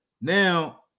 now